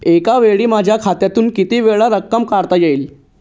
एकावेळी माझ्या खात्यातून कितीवेळा रक्कम काढता येईल?